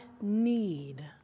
need